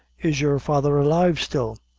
is your father alive still?